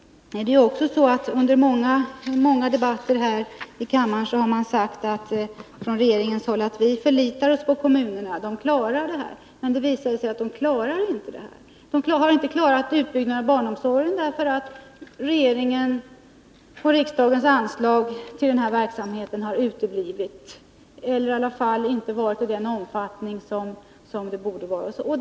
I många debatter här i kammaren har man från regeringshåll sagt: Vi förlitar oss på kommunerna, de klarar detta. Nu visar det sig att de inte gör det. Kommunerna har t.ex. inte klarat utbyggnaden av barnomsorgen, därför att regeringens och riksdagens anslag till denna verksamhet har uteblivit, eller i varje fall inte varit av den omfattning som de borde ha varit.